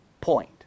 point